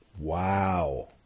Wow